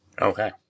Okay